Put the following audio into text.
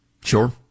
sure